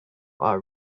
are